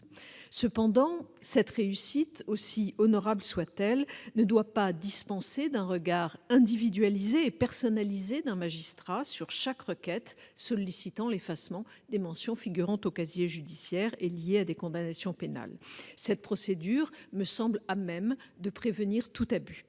Cependant, cette réussite, aussi honorable soit-elle, ne doit pas dispenser d'un regard individualisé et personnalisé d'un magistrat sur chaque requête sollicitant l'effacement des mentions figurant au casier judiciaire et liées à des condamnations pénales. Cette procédure me semble à même de prévenir tout abus.